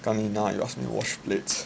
kanina now you ask me wash plates